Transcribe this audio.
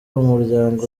umuryango